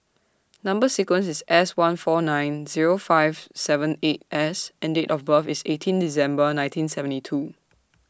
Number sequence IS S one four nine Zero five seven eight S and Date of birth IS eighteen December nineteen seventy two